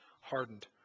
hardened